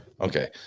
Okay